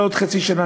אולי עוד חצי שנה,